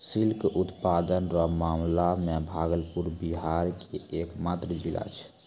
silk उत्पादन रो मामला मे भागलपुर बिहार के एकमात्र जिला छै